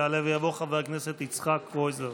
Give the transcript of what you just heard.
יעלה ויבוא חבר הכנסת יצחק קרויזר.